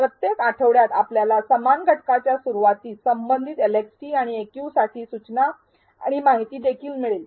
प्रत्येक आठवड्यात आपल्याला समान घटकाच्या सुरूवातीस संबंधित एलएक्सटी आणि एक्यू साठी सूचना आणि माहिती देखील मिळेल